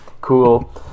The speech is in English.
cool